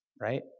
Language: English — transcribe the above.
right